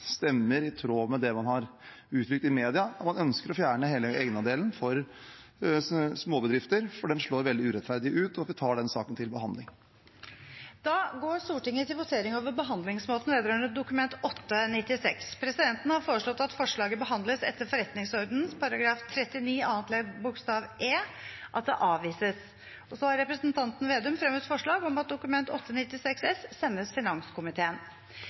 ønsker å fjerne hele egenandelen for småbedrifter, for den slår veldig urettferdig ut, og at vi tar den saken til behandling. Da går Stortinget til votering over behandlingsmåten vedrørende Dokument 8:96 S for 2019–2020. Presidenten har foreslått at forslaget behandles etter forretningsordenen § 39 annet ledd bokstav e, at det avvises. Så har representanten Vedum fremmet forslag om at Dokument 8:96 S for 2019–2020 sendes finanskomiteen.